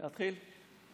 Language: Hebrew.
אוקיי.